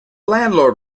landlord